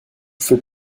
fais